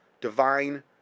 divine